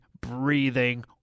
breathing